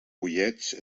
pollets